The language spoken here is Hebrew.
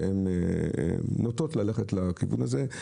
ושהן נוטות ללכת לכיוון הזה.